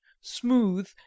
smooth